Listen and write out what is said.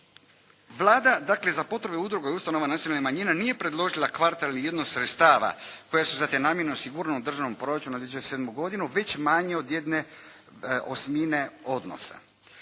Vlada, dakle za potrebe udruga i ustanovama nacionalnih manjina nije predložila kvartal … sredstava koja su za te namjene osigurana u državnom proračunu za 2007. godinu već manje od jedne osmine odnosa.